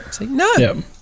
No